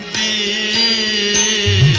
a